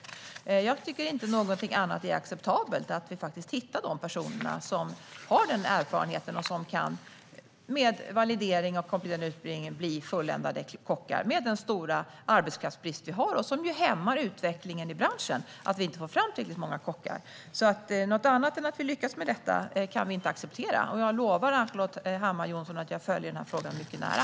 Någonting annat är inte acceptabelt, med tanke på den stora arbetskraftsbrist vi har. Vi ska hitta de personer som har den erfarenheten och som med validering och kompletterande utbildning kan bli fulländade kockar. Att vi inte får fram tillräckligt många kockar hämmar utvecklingen i branschen. Vi kan inte acceptera någonting annat än att vi lyckas med detta. Jag lovar Ann-Charlotte Hammar Johnsson att jag följer frågan mycket nära.